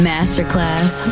Masterclass